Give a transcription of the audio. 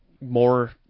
more